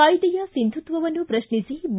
ಕಾಯ್ದೆಯ ಸಿಂಧುತ್ವವನ್ನು ಪ್ರತ್ನಿಸಿ ಬಿ